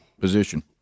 position